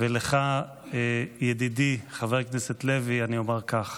ולך, ידידי חבר הכנסת לוי, אני אומר כך: